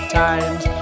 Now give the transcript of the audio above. times